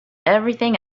everything